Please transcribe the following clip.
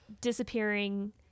disappearing